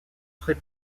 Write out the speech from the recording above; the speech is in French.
très